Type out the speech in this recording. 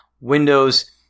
Windows